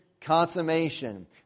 consummation